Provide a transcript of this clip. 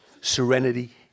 Serenity